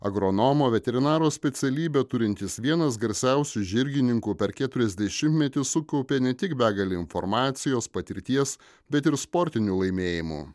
agronomo veterinaro specialybę turintis vienas garsiausių žirgininkų per keturiasdešimtmetį sukaupė ne tik begalę informacijos patirties bet ir sportinių laimėjimų